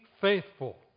faithful